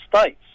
states